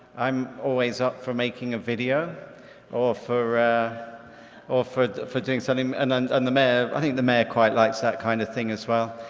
i'm always up for making a video or for or for doing something and and and the mayor, i think the mayor quite likes that kind of thing as well.